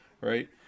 right